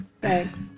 Thanks